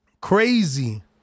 crazy